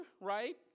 right